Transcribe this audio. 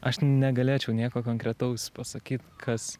aš negalėčiau nieko konkretaus pasakyt kas